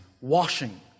washing